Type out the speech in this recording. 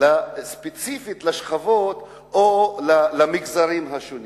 לשכבות או למגזרים השונים,